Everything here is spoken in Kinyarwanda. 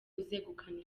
uzegukana